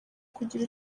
kugira